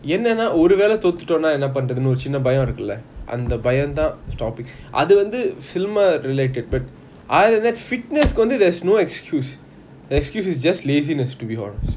என்னனா ஒரு வேலை தோத்துட்டோம்னா என்ன பண்றதுனு ஒரு சின்ன பயம் இருக்கலாம் அந்த பயம் தான்:ennana oru velai thothutomna enna panrathunu oru chinna bayam irukulam antha bayam thaan stopping அது வந்து:athu vanthu cinema related but other than that fitness கு வந்து:ku vanthu there's no excuse excuse is just laziness to be honest